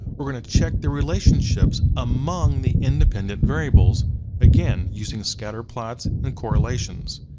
we're gonna check the relationships among the independent variables again using scatterplots and correlations.